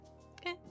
okay